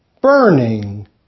Burning